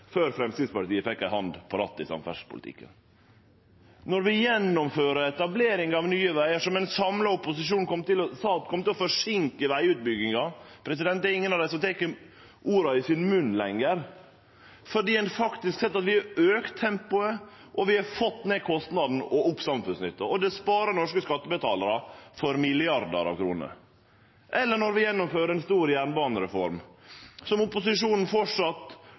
før Framstegspartiet fekk ei hand på rattet i samferdselspolitikken. Vi gjennomførte etableringa av Nye Vegar, som ein samla opposisjon sa kom til å forseinke vegutbygginga. Det er ingen av dei som tek orda i sin munn lenger, fordi ein faktisk ser at vi har auka tempoet, fått ned kostnaden og opp samfunnsnytta. Det sparar norske skattebetalarar for milliardar av kroner. Vi gjennomfører ei stor jernbanereform, som opposisjonen